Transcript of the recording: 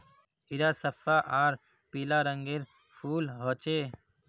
इरा सफ्फा आर पीला रंगेर फूल होचे